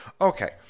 Okay